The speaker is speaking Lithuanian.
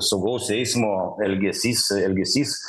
saugaus eismo elgesys elgesys